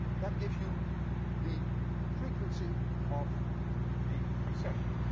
that gives you the frequency of the precession.